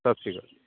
ਸਤਿ ਸ਼੍ਰੀ ਅਕਾਲ